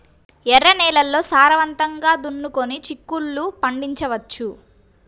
ఎర్ర నేలల్లో సారవంతంగా దున్నుకొని చిక్కుళ్ళు పండించవచ్చు